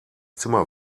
zimmer